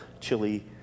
chili